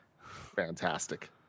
Fantastic